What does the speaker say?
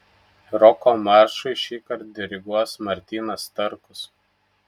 roko maršui šįkart diriguos martynas starkus